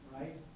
Right